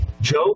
Joe